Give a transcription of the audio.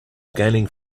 gaining